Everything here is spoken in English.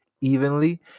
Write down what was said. evenly